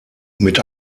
mit